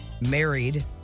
married